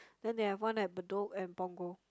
then they have one at Bedok and Punggol